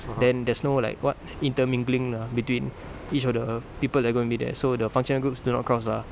then there's no like what intermingling lah between each of the people that are going to be there so the functional groups do not counts lah